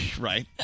right